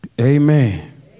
amen